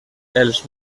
els